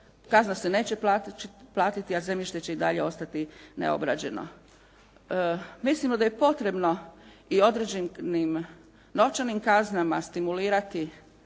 kazna se neće platiti, a zemljište će i dalje ostati neobrađeno. Mislimo da je potrebno i određenim novčanim kaznama stimulirati